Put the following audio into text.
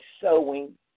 sowing